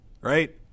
right